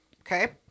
okay